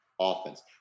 offense